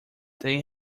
they